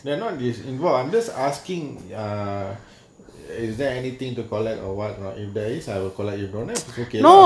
they are not incase involved I'm just asking err is there anything to collect or whatever in days I will collect you don't have it's okay lah